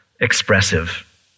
expressive